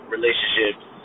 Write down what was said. relationships